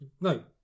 No